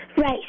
Right